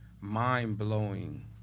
mind-blowing